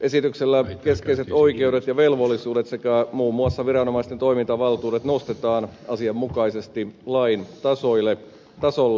esityksellä keskeiset oikeudet ja velvollisuudet sekä muun muassa viranomaisten toimintavaltuudet nostetaan asianmukaisesti lain tasolle